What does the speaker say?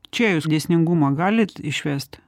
čia jūs dėsningumą galit išvest